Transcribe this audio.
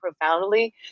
profoundly